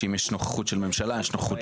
שאם יש נוכחות של ממשלה ושל ציבור,